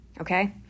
Okay